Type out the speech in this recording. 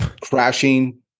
Crashing